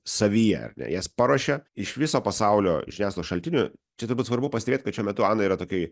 savyje ar ne jas paruošia iš viso pasaulio žiniasklaidos šaltinių čia turbūt svarbu pastebėt kad šiuo metu ana yra tokioj